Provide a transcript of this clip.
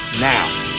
now